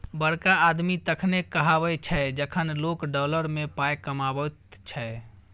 बड़का आदमी तखने कहाबै छै जखन लोक डॉलर मे पाय कमाबैत छै